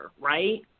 right